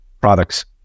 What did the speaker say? products